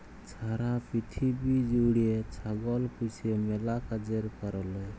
ছারা পিথিবী জ্যুইড়ে ছাগল পুষে ম্যালা কাজের কারলে